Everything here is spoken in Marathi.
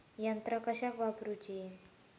यंत्रा कशाक वापुरूची?